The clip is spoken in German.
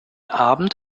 abend